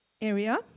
area